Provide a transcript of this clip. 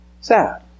sad